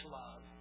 love